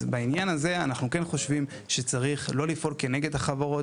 אז בעניין הזה אנחנו כן חושבים שצריך לא לפעול כנגד החברות.